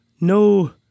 No